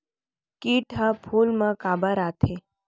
किट ह फूल मा काबर आथे?